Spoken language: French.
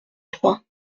trois